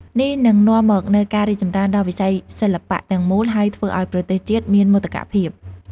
នេះនឹងនាំមកនូវការរីកចម្រើនដល់វិស័យសិល្បៈទាំងមូល ហើយធ្វើឲ្យប្រទេសជាតិមានមោទកភាព។